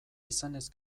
izanez